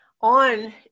on